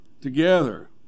together